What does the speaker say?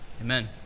Amen